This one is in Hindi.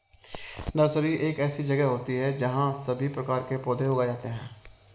नर्सरी एक ऐसी जगह होती है जहां सभी प्रकार के पौधे उगाए जाते हैं